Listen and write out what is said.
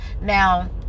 Now